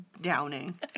downing